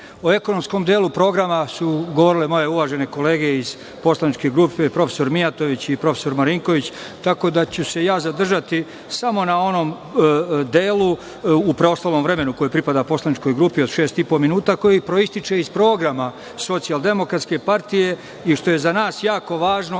ekonomskom delu programa su govorile moje uvažene kolege iz poslaničke grupe, prof. Mijatović i prof. Marinković. Tako da ću se ja zadržati samo na onom delu u preostalom vremenu koji pripada poslaničkoj grupi od šest i po minuta koji proističe iz programa SDP i što je za nas jako važno,